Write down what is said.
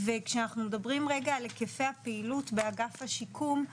וכשאנחנו מדברים רגע על היקפי הפעילות באגף השיקום,